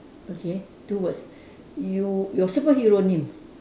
okay two words you your superhero name